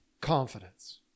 confidence